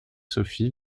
sophie